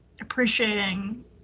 appreciating